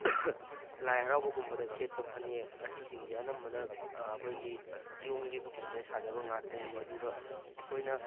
ꯂꯥꯏ ꯍꯔꯥꯎꯕ ꯒꯨꯝꯕꯗ ꯁꯦꯠꯄ ꯐꯅꯦꯛ ꯑꯁꯤꯁꯤꯡꯁꯦ ꯑꯅꯝꯕꯅ ꯑꯩꯈꯣꯏꯒꯤ ꯏꯌꯣꯡꯒꯤ ꯐꯤꯗ ꯁꯥꯖꯕ ꯉꯥꯛꯇꯅꯤ ꯑꯗꯨꯒ ꯑꯩꯈꯣꯏꯅ